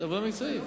נכון,